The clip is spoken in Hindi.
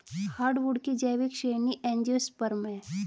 हार्डवुड की जैविक श्रेणी एंजियोस्पर्म है